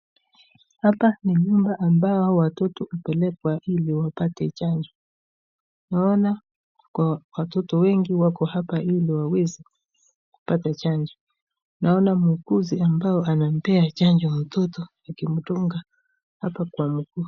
Hapa ni nyumba ambao hao watoto hupelekwa ili wapate chanjo. Naona kwa watoto wengi wako hapa ili waweze kupata chanjo. Naona muuguzi ambao anampea chanjo mtoto akimdunga hapa kwa mguu.